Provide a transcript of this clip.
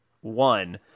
one